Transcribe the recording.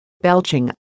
belching